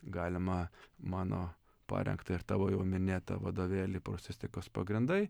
galima mano parengtą ir tavo jau minėtą vadovėlį prūsistikos pagrindai